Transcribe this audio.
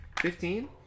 Fifteen